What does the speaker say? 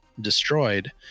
destroyed